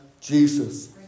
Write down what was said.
Jesus